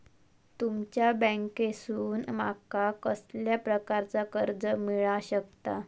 तुमच्या बँकेसून माका कसल्या प्रकारचा कर्ज मिला शकता?